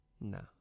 No